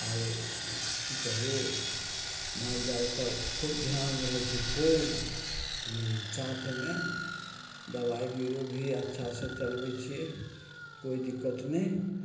आओर की कहू माल जालपर खूब ध्यान रहय छै खूब साथमे दबाइ बिर्रो भी अच्छासँ चलबय छियै कोइ दिक्कत नहि